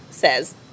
Says